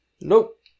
Nope